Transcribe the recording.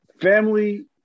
family